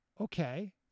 okay